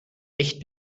echt